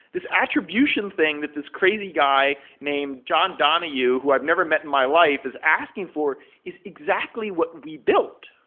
this attribution thing that this crazy guy named john donahue who i've never met my wife is asking for is exactly what we built,